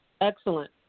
Excellent